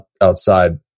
outside